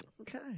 Okay